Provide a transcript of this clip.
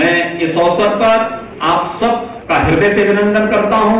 मैं इस अंकसर पर आप सबका हृदय से अमिनंदन करता हूं